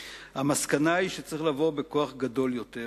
המסקנה היא שצריך לבוא בכוח גדול יותר